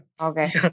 Okay